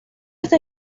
está